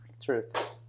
Truth